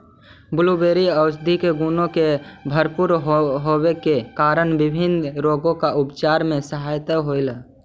blueberry औषधीय गुणों से भरपूर होवे के कारण विभिन्न रोगों के उपचार में सहायक होव हई